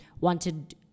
wanted